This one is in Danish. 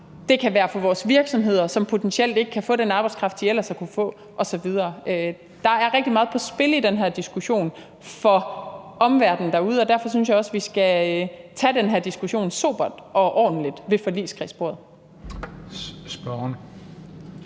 det kan være for vores virksomheder, som potentielt ikke kan få den arbejdskraft, de ellers har kunnet få, osv. Der er rigtig meget på spil i den her diskussion for omverdenen derude, og derfor synes jeg også, vi skal tage den her diskussion sobert og ordentligt ved forligskredsbordet.